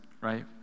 right